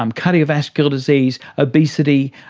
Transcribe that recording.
um cardiovascular disease, obesity,